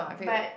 but